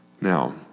Now